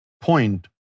point